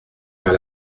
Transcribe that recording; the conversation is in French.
vers